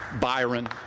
Byron